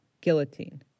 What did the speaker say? Guillotine